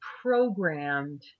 programmed